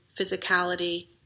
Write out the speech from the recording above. physicality